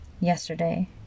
yesterday